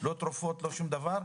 לא תרופות ולא שום דבר,